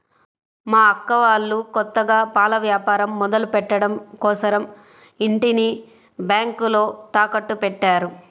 మా అక్క వాళ్ళు కొత్తగా పాల వ్యాపారం మొదలుపెట్టడం కోసరం ఇంటిని బ్యేంకులో తాకట్టుపెట్టారు